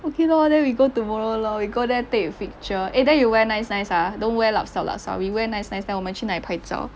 okay lor then we go tomorrow lor we go there take picture eh then you wear nice nice ah don't wear lup sup lup sup we wear nice nice then 我们去那里拍照 way what is nine